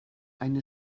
eine